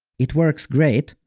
it works great,